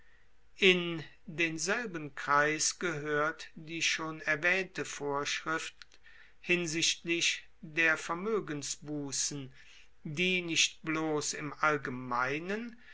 in denselben kreis gehoert die schon erwaehnte vorschrift hinsichtlich der vermoegensbussen die nicht bloss im allgemeinen